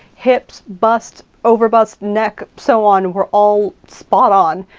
hips, bust, overbust, neck, so on, were all spot on,